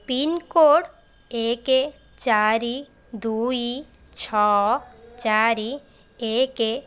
pincode ଏକ ଚାରି ଦୁଇ ଛଅ ଚାରି ଏକ